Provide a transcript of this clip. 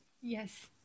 Yes